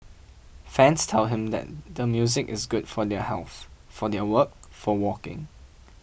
fans tell him that the music is good for their health for their work for walking